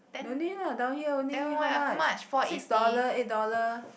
no need lah down here only how much six dollar eight dollar